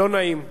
לא נעים.